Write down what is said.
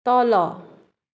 तल